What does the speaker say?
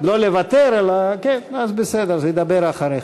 לא לוותר, אלא, כן, אז בסדר, אז הוא ידבר אחריך.